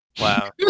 Wow